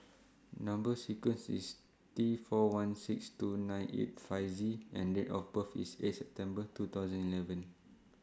Number sequence IS T four one six two nine eight five Z and Date of birth IS eighth September two thousand eleven